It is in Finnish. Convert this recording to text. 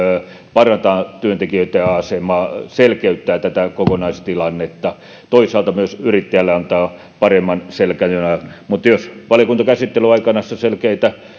parantaa työntekijöitten asemaa selkeyttää tätä kokonaistilannetta toisaalta myös yrittäjille antaa paremman selkänojan mutta jos valiokuntakäsittelyn aikana tässä selkeitä